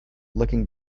looking